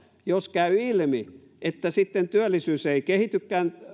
jos käy ilmi että sitten työllisyys ei kehitykään